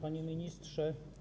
Panie Ministrze!